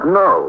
no